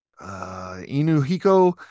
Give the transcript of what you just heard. Inuhiko